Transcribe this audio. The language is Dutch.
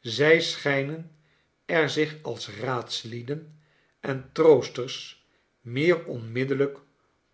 zij schijnen er zich als raadslieden en troosters meer onmiddellijk